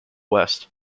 west